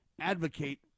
advocate